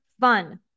fun